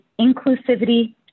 inclusivity